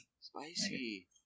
Spicy